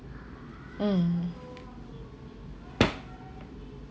mm